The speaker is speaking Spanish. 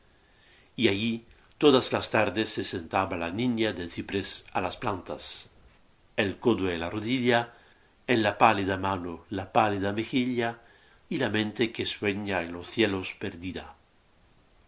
y allí todas las tardes se sentaba la niña del ciprés á las plantas el codo en la rodilla en la pálida mano la pálida mejilla y la mente que sueña en los cielos